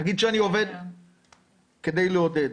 נגיד שאני עובד כדי לעודד,